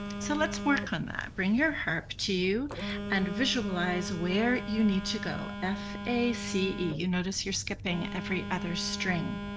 so let's work on that. bring your harp to you and visualize where you need to go. f a c e. you'll notice you're skipping every other string.